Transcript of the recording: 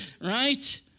Right